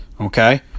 Okay